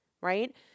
Right